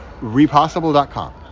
repossible.com